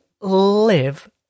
live